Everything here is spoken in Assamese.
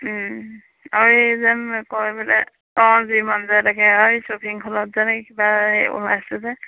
আৰু এই যেন কয় বোলে অঁ যি মন যায় তাকে এই শ্বপিং মলত যেনে কিবা এই ওলাইছে যে